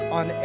on